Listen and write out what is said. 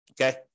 Okay